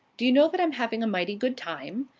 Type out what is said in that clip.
do you know that i'm having a mighty good time?